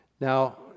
Now